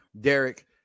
Derek